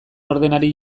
ordenari